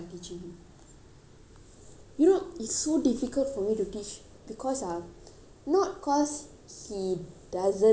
you know it's so difficult for me to teach because ah not cause he doesn't know you know but